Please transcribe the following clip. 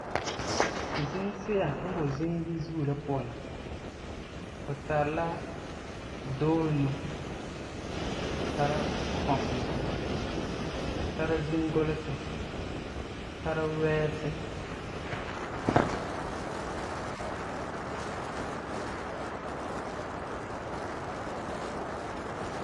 Zimsi'a n boi zim yizuo la puan la, tu tari la dooleno, tara kɔkema, tara zimgulesi, tara wɛɛsi.